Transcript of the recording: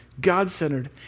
God-centered